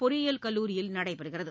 பொறியியல் கல்லூரியில் நடைபெறுகிறது